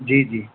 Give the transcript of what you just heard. जी जी